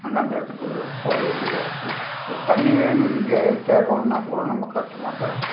அந்தந்த இடத்துக்கு போக வேண்டியதாக இருக்குது ஒரு தண்ணி வேணும்ன்னு கே கேக்கணுன்னா கூட ரொம்ப கஷ்டமா தான் இருக்கும்